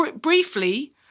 briefly